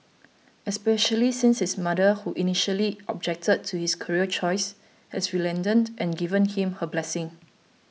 especially since his mother who initially objected to his career choice has relented and given him her blessings